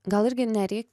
gal irgi nereik